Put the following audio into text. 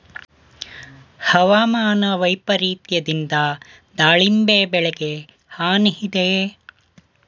ಹವಾಮಾನ ವೈಪರಿತ್ಯದಿಂದ ದಾಳಿಂಬೆ ಬೆಳೆಗೆ ಹಾನಿ ಇದೆಯೇ?